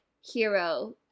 hero